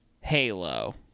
Halo